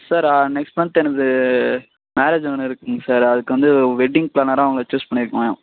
sir next month எனக்கு marriage ஒன்று இருக்குதுங்க சார் அதுக்கு வந்து வெட்டிங் ப்ளானராக உங்களை சூஸ் பண்ணிருக்கோம்